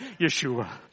Yeshua